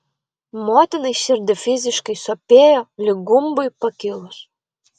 motinai širdį fiziškai sopėjo lyg gumbui pakilus